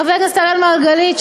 חבר הכנסת אראל מרגלית,